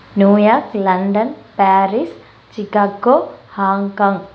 New York London Paris Chicago Hong Kong